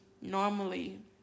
Normally